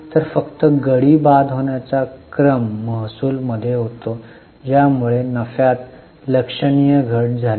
तर फक्त गडी बाद होण्याचा क्रम महसूल मध्ये होता ज्यामुळे नफ्यात लक्षणीय घट झाली